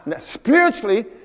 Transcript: spiritually